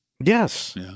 Yes